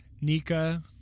Nika